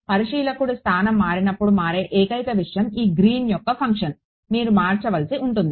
పరిశీలకుడి స్థానం మారినప్పుడు మారే ఏకైక విషయం ఈ గ్రీన్ యొక్క ఫంక్షన్ మీరు మార్చవలసి ఉంటుంది